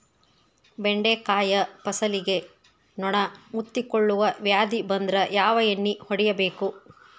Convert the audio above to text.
ಬೆಂಡೆಕಾಯ ಫಸಲಿಗೆ ನೊಣ ಮುತ್ತಿಕೊಳ್ಳುವ ವ್ಯಾಧಿ ಬಂದ್ರ ಯಾವ ಎಣ್ಣಿ ಹೊಡಿಯಬೇಕು?